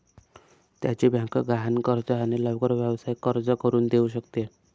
त्याची बँक गहाण कर्ज आणि लवकर व्यावसायिक कर्ज करून देऊ शकते